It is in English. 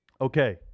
Okay